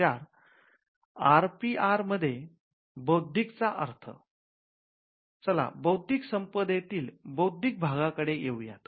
चला बौद्धिक संपदेतील 'बौद्धिक'भागाकडे येऊ यात